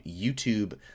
YouTube